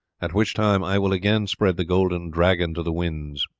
at which time i will again spread the golden dragon to the winds.